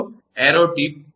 અને arrow tip બરાબર